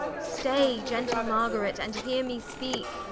stay gentle margaret, and heare me speake